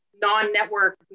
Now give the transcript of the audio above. non-network